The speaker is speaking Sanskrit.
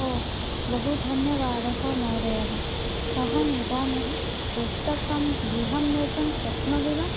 ओ बहु धन्यवादः महोदय अहम् इदानीं पुस्तकं गृहं नेतुं शक्नोमि वा